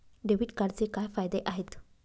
Debit कार्डचे काय फायदे आहेत?